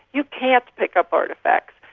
you can't pick up artefacts,